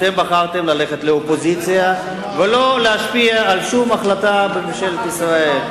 אתם בחרתם ללכת לאופוזיציה ולא להשפיע על שום החלטה בממשלת ישראל,